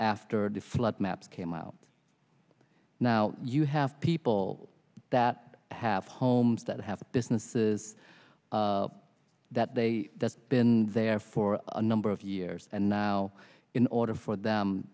after deflowered maps came out now you have people that have homes that have businesses that they that's been there for a number of years and now in order for them